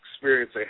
experience